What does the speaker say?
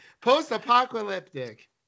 post-apocalyptic